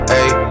ayy